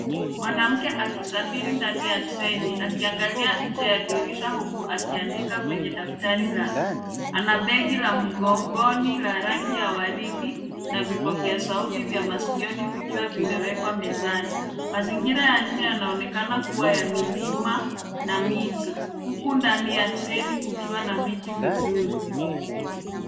Mwanamke akisafiri ndani ya treni akiangalia nje ya dirisha huku akiandika kwenye daftari lake. Ana begi la mgongoni la rangi ya waridi na vipokea sauti vya masikioni vikiwa vimewekwa mezani. Mazingira ya nje yanaonekana kuwa ya milima na miti huku ndani ya treni kukiwa na viti vizuri.